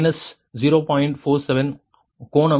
47 கோணம் 175